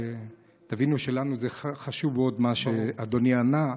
שתבינו שלנו חשוב מאוד מה שאדוני ענה,